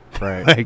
Right